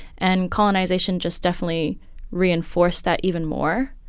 and colonization just definitely reinforced that even more.